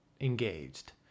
engaged